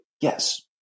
Yes